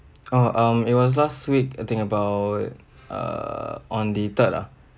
orh um it was last week I think about err on the third lah